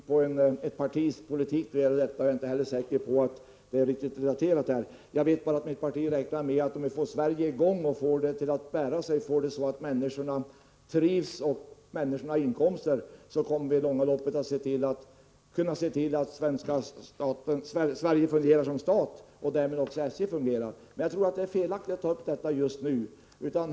Herr talman! Det är svårt att på en minut gå in på ett partis politik. Jag är inte heller säker på att den i detta avseende är riktigt relaterad. Jag vet bara att mitt parti räknar med att få i gång Sverige och få det att bära sig så att människorna trivs och har inkomster. Då kommer vi i det långa loppet att kunna se till att Sverige fungerar som stat. Därmed skulle också SJ fungera. Men jag tror att det är fel att ta upp detta just nu.